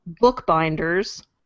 bookbinders